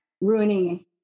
ruining